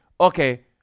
okay